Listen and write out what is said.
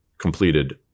completed